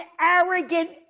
arrogant